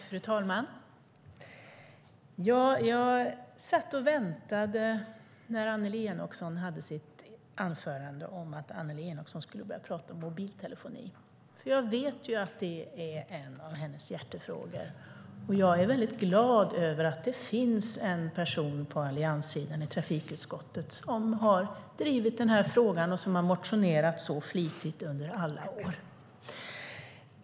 Fru talman! När Annelie Enochson höll sitt anförande satt jag och väntade på att Annelie Enochson skulle börja prata om mobiltelefoni. Jag vet ju att det är en av hennes hjärtefrågor. Jag är väldigt glad över att det finns en person på allianssidan i trafikutskottet som har drivit den frågan och motionerat så flitigt i alla år.